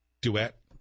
duet